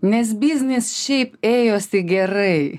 nes biznis šiaip ėjosi gerai